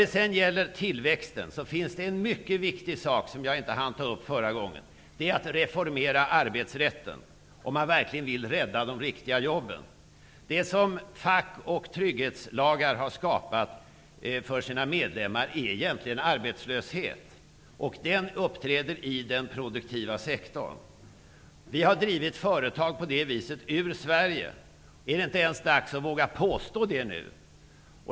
När det gäller tillväxten finns det en mycket viktig sak som jag inte hann ta upp i mitt förra inlägg, nämligen att man måste reformera arbetsrätten om man verkligen vill rädda de riktiga jobben. Det som fack och trygghetslagar har skapat för sina medlemmar är egentligen arbetslöshet. Den uppträder i den produktiva sektorn. Vi har på det sättet drivit företag ut ur Sverige. Är det inte ens dags att våga påstå det nu?